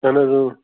اَہن حظ